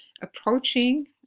approaching